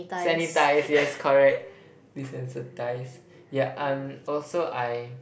sanitize yes correct desensitize yeah and also I